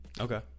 Okay